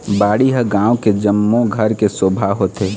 बाड़ी ह गाँव के जम्मो घर के शोभा होथे